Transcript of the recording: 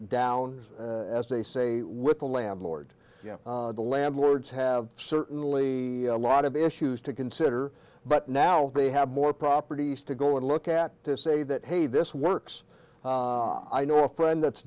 down as they say with the landlord the landlords have certainly a lot of issues to consider but now they have more properties to go and look at to say that hey this works i know a friend that's